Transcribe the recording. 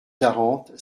quarante